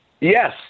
Yes